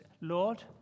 Lord